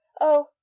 Oh